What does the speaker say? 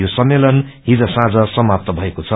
यो सम्मेलन छिज साँझ समात भएको छ